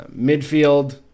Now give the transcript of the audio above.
midfield